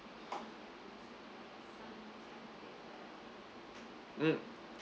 mm